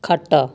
ଖଟ